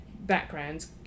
backgrounds